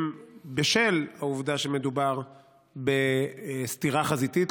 בשל העובדה שמדובר בסתירה חזיתית,